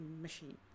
machine